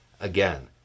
Again